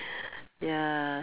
yeah